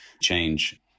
change